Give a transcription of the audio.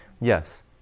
Yes